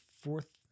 fourth